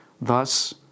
thus